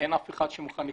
- אין אף אחד שמוכן לקלוט,